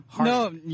no